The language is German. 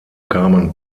kamen